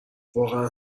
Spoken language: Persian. واقعا